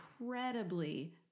incredibly